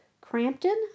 Crampton